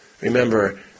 Remember